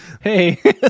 Hey